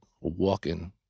walking